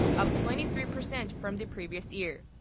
up twenty three percent from the previous year.